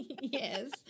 Yes